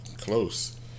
close